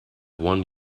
one